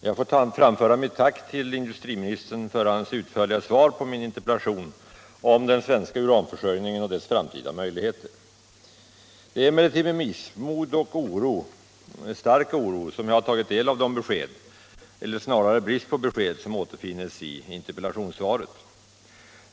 Jag får framföra mitt tack till industriministern för hans utförliga svar på min interpellation om den svenska uranförsörjningen och dess framtida möjligheter. Det är med missmod och oro — stark oro — som jag har tagit del av de besked eller snarare den brist på besked som återfinnes i interpellationssvaret.